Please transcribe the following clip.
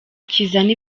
kizana